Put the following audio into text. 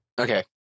okay